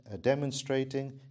demonstrating